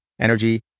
energy